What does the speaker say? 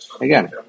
Again